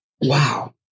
wow